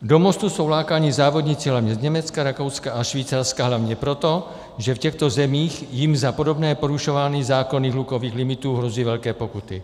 Do Mostu jsou lákáni závodníci hlavně z Německa, Rakouska a Švýcarska hlavně proto, že v těchto zemích jim za podobné porušování zákonů hlukových limitů hrozí velké pokuty.